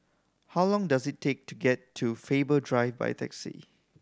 how long does it take to get to Faber Drive by taxi